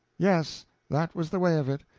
yes that was the way of it.